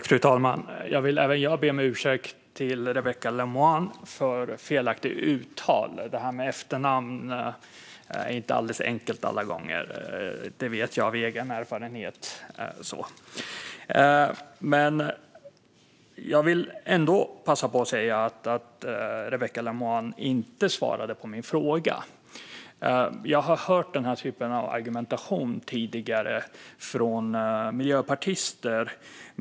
Fru talman! Även jag vill be om ursäkt till Rebecka Le Moine för felaktigt uttal. Detta med efternamn är inte alldeles enkelt alla gånger. Det vet jag av egen erfarenhet. Jag vill ändå passa på att säga att Rebecka Le Moine inte svarade på min fråga. Jag har hört den typen av argumentation tidigare från miljöpartister.